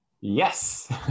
Yes